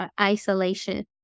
isolation